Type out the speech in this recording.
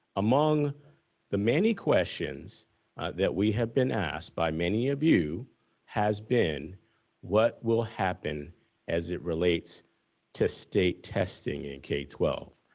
among the many questions that we have been asked by many of you has been what will happen as it relates to state testing in k twelve?